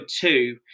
two